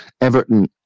Everton